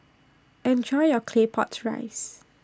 Enjoy your Claypot Rice